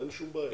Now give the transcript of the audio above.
אין שום בעיה.